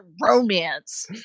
romance